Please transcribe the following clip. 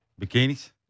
Bikinis